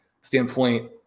standpoint